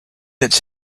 its